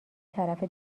طرف